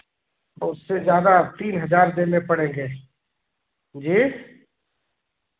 तो उससे ज़्यादा तीन हज़ार देने पड़ेंगे जी